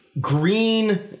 green